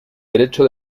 derecho